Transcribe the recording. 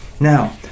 Now